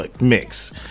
mix